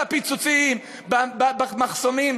בפיצוצים, במחסומים.